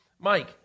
Mike